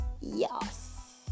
yes